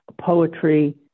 poetry